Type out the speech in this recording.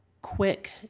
quick